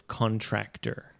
contractor